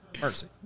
Mercy